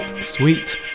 Sweet